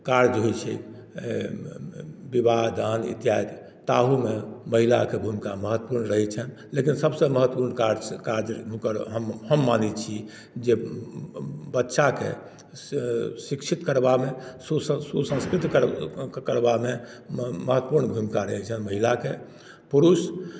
कार्य होइ छै विवाह दान इत्यादि ताहुमे महिलाके भुमिका महत्वपुर्ण रहै छनि लेकिन सभसँ महत्वपुर्ण कार्य हुनकर हम मानै छी जे बच्चाकेँ शिक्षित करबामे सुसंस्कृत करबामे महत्वपुर्ण भुमिका रहै छनि महिलाकेँ पुरुष